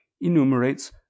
enumerates